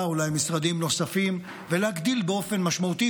ואולי משרדים נוספים ולהגדיל באופן משמעותי.